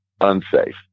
unsafe